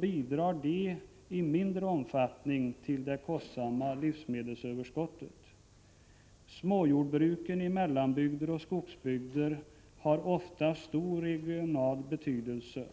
bidrar de i mindre omfattning till det kostsamma livsmedelsöverskottet. Småjordbruken i mellanbygder och skogsbygder har ofta stor regional betydelse.